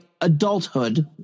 adulthood